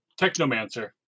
Technomancer